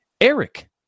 Eric